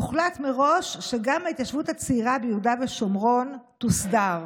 יוחלט מראש שגם ההתיישבות הצעירה ביהודה ושומרון תוסדר.